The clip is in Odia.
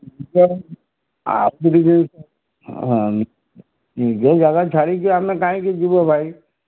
ତ ଆଗରୁ ହଁ ନିଜ ଜାଗା ଛାଡ଼ିକି ଆମେ କାହିଁକି ଯିବୁ ଭାଇ